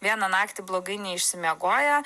vieną naktį blogai neišsimiegoję